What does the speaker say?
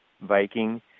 Viking